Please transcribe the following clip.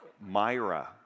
Myra